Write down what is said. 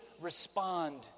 respond